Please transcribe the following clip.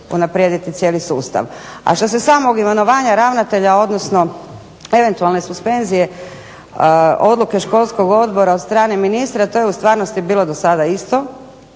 unaprijediti cijeli sustav. A što se samog imenovanja ravnatelja odnosno eventualne suspenzije odluke školskog odbora od strane ministra, to je u stvarnosti do sada bilo